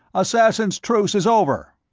assassins' truce is over!